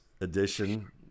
edition